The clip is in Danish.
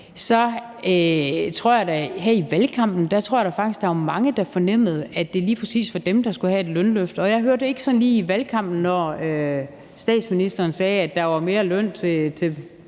tror jeg da, at der her i valgkampen faktisk var mange, der fornemmede, at det lige præcis var dem, der skulle have et lønløft. Og jeg hørte ikke sådan lige under valgkampen, når statsministeren sagde, at der var mere i løn til